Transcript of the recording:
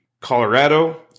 Colorado